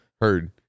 heard